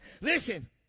listen